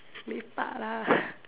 lepak lah